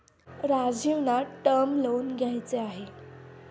राजीवना term loan घ्यायचे आहे